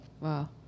wow